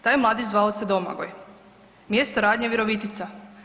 Taj mladić zvao se Domagoj, mjesto radnje Virovitica.